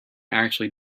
actually